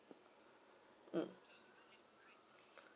mm